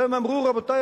והם אמרו: רבותי,